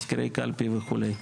מזכירי קלפי וכו'.